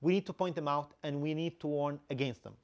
we need to point them out and we need to warn against them